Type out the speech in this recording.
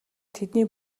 тэдний